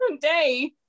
day